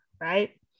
right